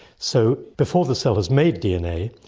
so before the cell has made dna,